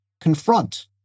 confront